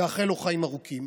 ונאחל לו חיים ארוכים,